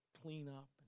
cleanup